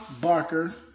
Barker